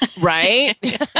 right